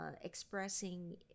expressing